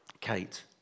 Kate